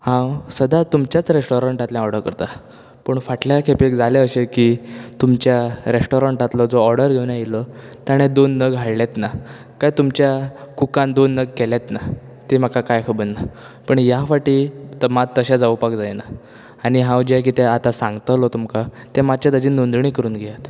हांव सदा तुमच्याच रॅस्टोरंटातल्यान ऑर्डर करता पूण फाटल्या खेपेक जालें अशें की तुमच्या रॅस्टोरंटातलो जो ऑर्डर घेवन आयल्लो ताणेन दोन नग हाडलेंत ना काय तुमच्या कुकान दोन नग केलेंत ना तें म्हाका काय खबरना पण या फावटी मात तशें जावपाक जायना आनी हांव जें कितें आता सांगतलो तुमका तें मातशें तेजी नोंदणी करून घेयात